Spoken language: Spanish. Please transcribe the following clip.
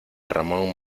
ramón